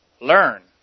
Learn